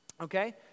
okay